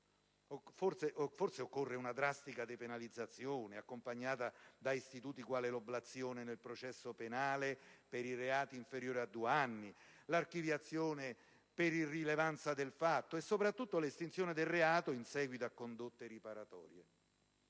Occorre forse una drastica depenalizzazione, accompagnata da istituti quali l'oblazione nel processo penale per i reati con pena inferiore a due anni, l'archiviazione per irrilevanza del fatto, e soprattutto l'estinzione del reato in seguito a condotte riparatorie.